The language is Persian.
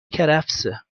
کرفسه